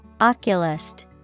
Oculist